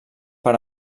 per